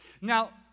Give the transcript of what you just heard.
Now